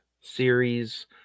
series